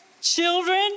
children